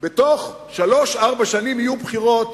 בתוך שלוש-ארבע שנים יהיו בחירות,